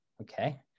okay